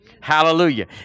Hallelujah